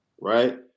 right